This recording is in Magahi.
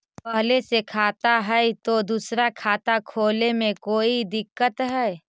पहले से खाता है तो दूसरा खाता खोले में कोई दिक्कत है?